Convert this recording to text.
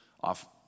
off